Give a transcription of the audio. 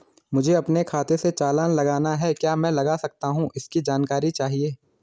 मुझे अपने खाते से चालान लगाना है क्या मैं लगा सकता हूँ इसकी जानकारी चाहिए?